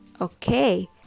Okay